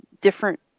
different